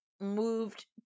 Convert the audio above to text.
moved